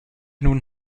nun